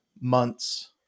months